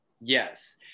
yes